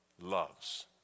loves